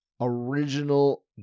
original